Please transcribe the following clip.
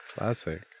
Classic